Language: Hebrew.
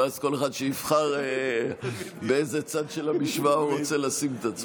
ואז כל אחד יבחר באיזה צד של המשוואה הוא רוצה לשים את עצמו.